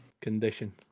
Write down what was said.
condition